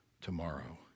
tomorrow